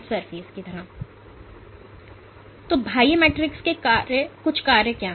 तो बाह्य मैट्रिक्स के कुछ कार्य क्या हैं